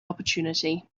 opportunity